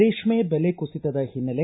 ರೇಷ್ಮೆ ಬೆಲೆ ಕುಸಿತದ ಹಿನ್ನೆಲೆ